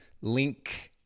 link